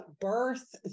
birth